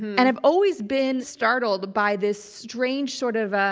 and i've always been startled by this strange sort of, ah